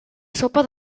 sopa